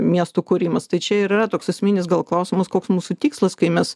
miesto kūrimas tai čia ir yra toks esminis gal klausimas koks mūsų tikslas kai mes